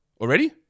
already